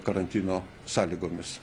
karantino sąlygomis